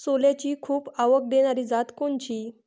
सोल्याची खूप आवक देनारी जात कोनची?